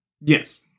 yes